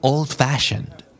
Old-fashioned